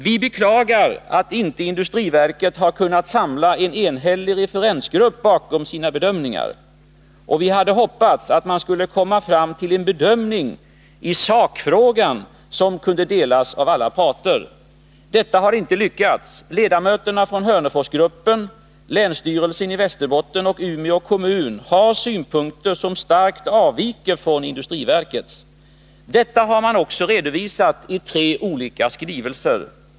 Vi beklagar att inte industriverket har kunnat samla en enhällig referensgrupp bakom sina bedömningar. Vi hade hoppats att man skulle komma fram till en bedömning i sakfrågan som kunde delas av alla parter. Detta har inte lyckats. Ledamöterna från Hörneforsgruppen, länsstyrelsen i Västerbotten och Umeå kommun har synpunkter som starkt avviker från industriverkets. Detta har man redovisat i tre olika skrivelser.